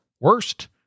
Worst